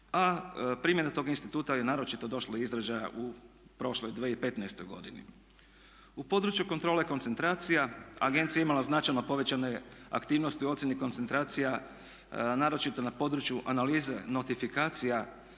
A primjena tog instituta je naročito došla do izražaja u prošloj 2015.godini. U području kontrole koncentracija agencija je imala značajno povećane aktivnosti u ocjeni koncentracija naročito na području analize nostrifikacija